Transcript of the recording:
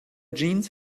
jeans